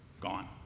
gone